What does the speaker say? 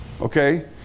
Okay